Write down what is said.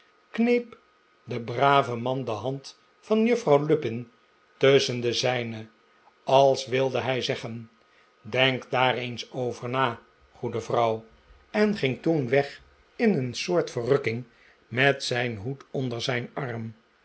kneep de brave man de hand van juffrouw lupin tusschen de zijne als wilde hij zeggen denk daar eens over na goede vrouw en ging toen weg in een soort verrukking met zijn hoed onder zijn arm